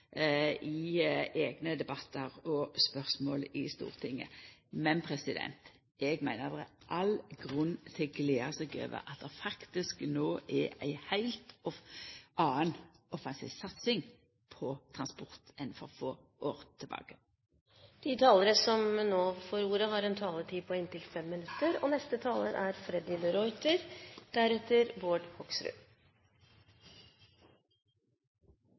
i eigne debattar og spørsmål i Stortinget. Men eg meiner det er all grunn til å gleda seg over at det faktisk no er ei heilt anna offensiv satsing på transport enn for få år tilbake. Kanskje jeg skulle starte med Jan Eggums sang «På 'an igjen», for det er jo det som er realitetene når Fremskrittspartiet masseproduserer representantforslag. Forslagene har stort sett dét til felles at alt er